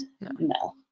No